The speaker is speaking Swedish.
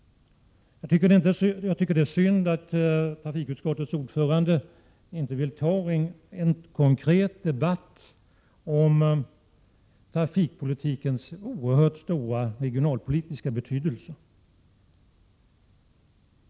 Jag tycker det är synd att trafikutskottets ordförande inte vill ta en konkret debatt om trafikpolitikens oerhört stora regionalpolitiska betydelse.